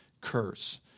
curse